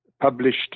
published